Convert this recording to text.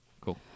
Cool